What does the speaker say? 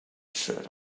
shirt